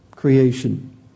Creation